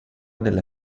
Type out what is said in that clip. della